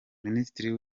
minisitiri